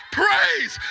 praise